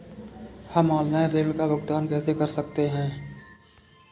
हम ऑनलाइन ऋण का भुगतान कैसे कर सकते हैं?